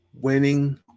winning